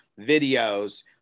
videos